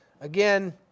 Again